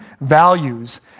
values